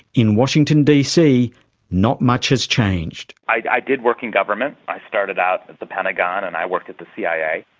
in washington dc not much has changed. i did work in government. i started out at the pentagon and i worked at the cia.